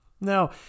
Now